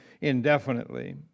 indefinitely